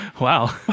Wow